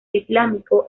islámico